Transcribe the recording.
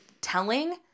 telling